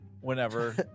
Whenever